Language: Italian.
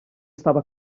stava